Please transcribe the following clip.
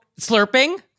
slurping